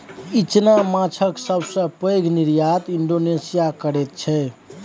इचना माछक सबसे पैघ निर्यात इंडोनेशिया करैत छै